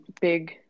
big